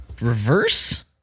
reverse